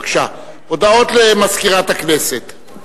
בבקשה, הודעות למזכירת הכנסת.